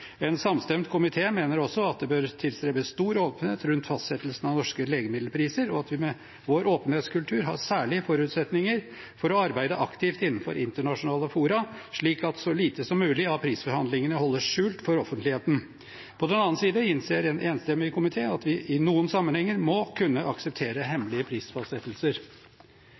En samstemt komité mener også at det bør tilstrebes stor åpenhet rundt fastsettelsen av norske legemiddelpriser, og at vi med vår åpenhetskultur har særlige forutsetninger for å arbeide aktivt innenfor internasjonale fora, slik at så lite som mulig av prisforhandlingene holdes skjult for offentligheten. På den annen side innser en enstemmig komité at vi i noen sammenhenger må kunne akseptere hemmelige prisfastsettelser.